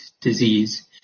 disease